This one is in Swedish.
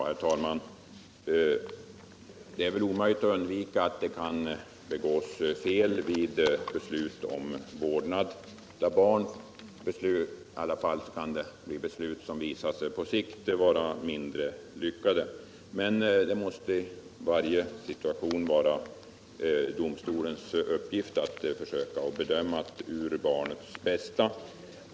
Herr talman! Det är väl omöjligt att undvika att fel begås vid beslut om vårdnad av barn. I varje fall kan det bli beslut som visar sig på sikt vara mindre lyckade. Men det måste i varje situation vara domstolens uppgift att försöka bedöma vad som är barnets bästa.